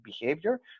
behavior